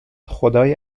خدای